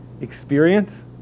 experience